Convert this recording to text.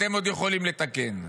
אתם עוד יכולים לתקן.